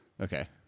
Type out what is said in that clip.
Okay